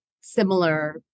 similar